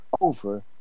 over